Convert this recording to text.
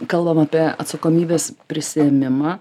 kalbam apie atsakomybės prisiėmimą